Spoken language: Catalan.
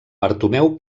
bartomeu